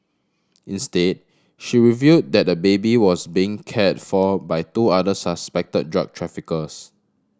instead she revealed that the baby was being cared for by two other suspected drug traffickers